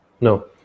no